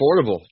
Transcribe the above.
affordable